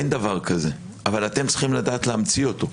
אין דבר כזה, אבל אתם צריכים לדעת להמציא אותו.